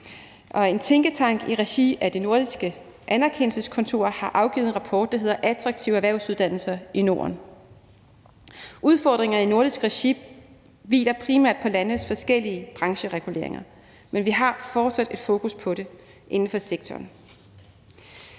en tænketank i regi af de nordiske kontorer for anerkendelse har afgivet en rapport, der hedder »Attraktive erhvervsuddannelser i Norden«. Udfordringer i nordisk regi hviler primært på landenes forskellige branchereguleringer, men vi har fortsat et fokus på det inden for sektoren,